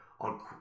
on